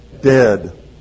dead